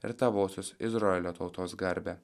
ir tavosios izraelio tautos garbę